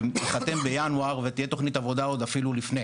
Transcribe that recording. ייחתם בינואר ותהיה תוכנית עבודה, עוד אפילו לפני,